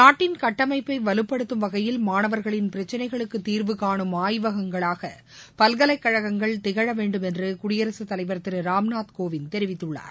நாட்டின் கட்டமைப்பை வலுப்படுத்தம் வகையில் மாணவர்களின் பிரச்சனைகளுக்கு தீர்வுகாணும் ஆய்வகங்களாக பல்கலைக் கழகங்கள் திகழ வேண்டும் என்று குடியரசுத் தலைவர் திரு ராம்நாத் கோவிந்த் தெரிவித்துள்ளார்